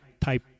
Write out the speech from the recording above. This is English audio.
type